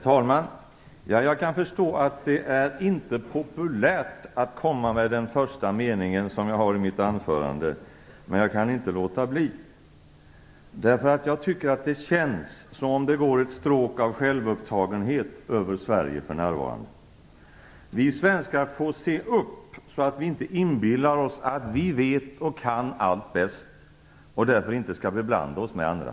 Herr talman! Jag kan förstå att det inte är populärt att komma med den första meningen som jag har i mitt anförande, men jag kan inte låta bli. Jag tycker att det känns som att det går ett stråk av självupptagenhet över Sverige för närvarande. Vi svenskar får se upp så att vi inte inbillar oss att vi vet och kan allting bäst och därför inte skall beblanda oss med andra.